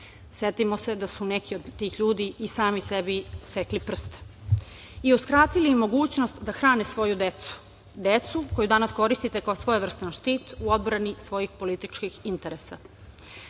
Setimo se da su neki od tih ljudi i sami sebi sekli prste i uskratili mogućnost da hrane svoju decu, decu koju danas koristite kao svojevrstan štit u odbrani svojih političkih interesa. Studenti